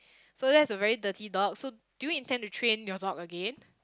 so that's a very dirty dog so do you intend to train your dog again